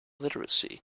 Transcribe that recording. literacy